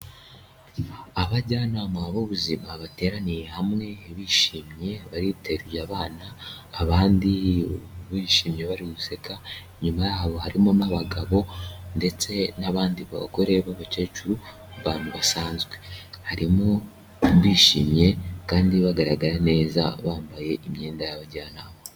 Abajyanama b'ubuzima bateraniye hamwe bishimye bariteruye abana, abandi bishimye bari guseka, inyuma yabo harimo n'abagabo ndetse n'abandi bagore b'abakecuru abantu basanzwe. Harimo bishimye kandi bagaragara neza bambaye imyenda y'abajyanama.